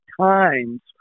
times